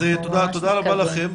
תודה רבה לכם.